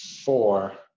four